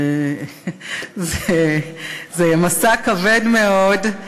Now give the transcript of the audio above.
וזה משא כבד מאוד.